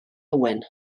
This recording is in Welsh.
owen